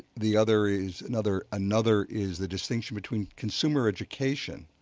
the other is another another is the distinction between consumer education